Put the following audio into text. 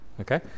Okay